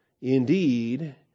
Indeed